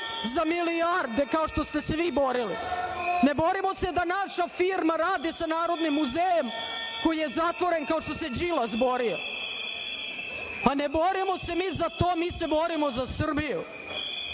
za milijarde kao što ste se vi borili, ne borimo se da naša firma radi sa Narodnim muzejem koji je zatvoren, kao što se Đilas borio. Pa ne borimo se mi za to, mi se borimo za Srbiju,